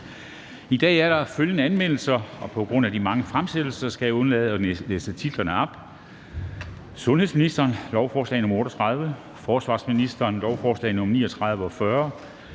I dag er der følgende anmeldelser, og på grund af de mange fremsættelser skal jeg undlade at læse titlerne op: Sundhedsministeren (Magnus Heunicke): Lovforslag nr. L 38